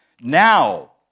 Now